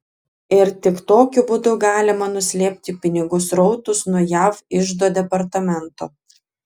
ir tik tokiu būdu galima nuslėpti pinigų srautus nuo jav iždo departamento